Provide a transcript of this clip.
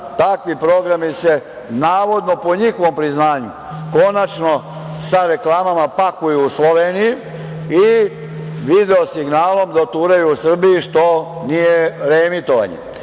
takvi programi se navodno po njihovom priznanju konačno sa reklamama pakuju u Sloveniji i video signalom doturaju Srbiji, što nije reemitovanje. Reemitovanje